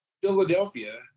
Philadelphia